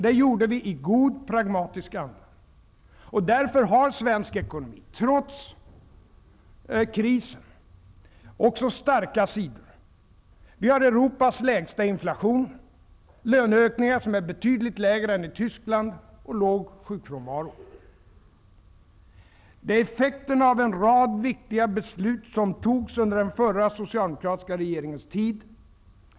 Det gjorde vi i god pragmatisk anda. Därför har svensk ekonomi, trots krisen, också starka sidor. Vi har Europas lägsta inflation, löneökningar som är betydligt lägre än i Tyskland och låg sjukfrånvaro. Det är effekterna av en rad viktiga beslut som togs under den förra socialdemokratiska regeringens tid.